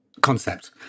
concept